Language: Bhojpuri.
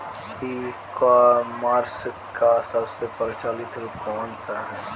ई कॉमर्स क सबसे प्रचलित रूप कवन सा ह?